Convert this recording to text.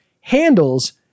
Handles